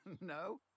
no